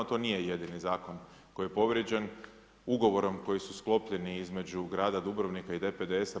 To nije jedini Zakon koji je povrijeđen ugovorom koji su sklopljeni između grada Dubrovnika i DPDS-a.